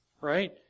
right